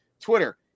Twitter